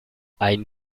ein